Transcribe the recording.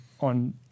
on